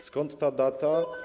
Skąd ta data?